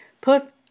put